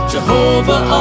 Jehovah